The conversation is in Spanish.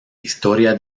historia